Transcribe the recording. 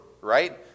right